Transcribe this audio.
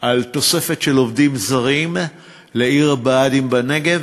על תוספת של עובדים זרים לעיר הבה"דים בנגב,